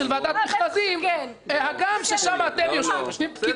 המכרזים הגם ששם אתם יושבים יושבים פקידים.